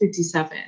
57